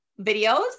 videos